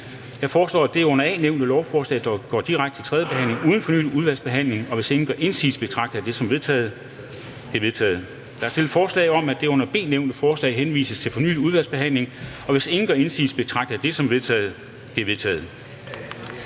Jeg foreslår, at det under A nævnte lovforslag går direkte til tredje behandling uden fornyet udvalgsbehandling. Og hvis ingen gør indsigelse, betragter jeg det som vedtaget. Det er vedtaget. Der er stillet forslag om, at det under B nævnte lovforslag henvises til fornyet udvalgsbehandling. Og hvis ingen gør indsigelse, betragter jeg det som vedtaget. Det er vedtaget.